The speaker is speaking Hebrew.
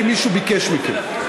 כי מישהו ביקש מכם.